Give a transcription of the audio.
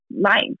life